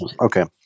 Okay